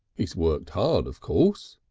he's worked hard of course,